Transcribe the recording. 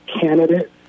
candidate